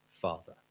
Father